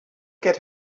get